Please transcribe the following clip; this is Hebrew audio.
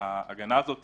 ההגנה הזאת